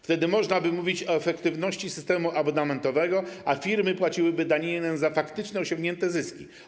Wtedy można by mówić o efektywności systemu abonamentowego, a firmy płaciłyby daninę za faktycznie osiągnięte zyski.